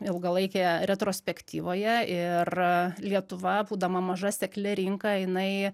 ilgalaikėje retrospektyvoje ir lietuva būdama maža sekli rinka jinai